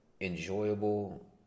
enjoyable